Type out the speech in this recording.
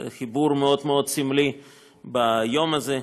זה חיבור מאוד מאוד סמלי ביום הזה.